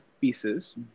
pieces